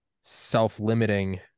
self-limiting